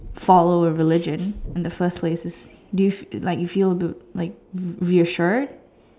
follow a religion in the first place is do you still like do you still like feel a bit reassured